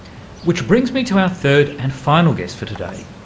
which brings me to our third and final guest for today,